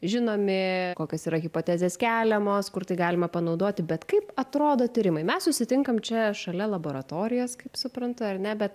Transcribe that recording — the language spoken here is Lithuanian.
žinomi kokios yra hipotezės keliamos kur tai galima panaudoti bet kaip atrodo tyrimai mes susitinkam čia šalia laboratorijos kaip suprantu ar ne bet